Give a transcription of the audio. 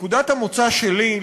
נקודת המוצא שלי,